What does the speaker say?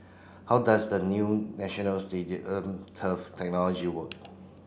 how does the new National Stadium turf technology work